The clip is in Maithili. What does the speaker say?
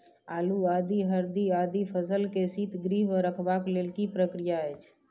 आलू, आदि, हरदी आदि फसल के शीतगृह मे रखबाक लेल की प्रक्रिया अछि?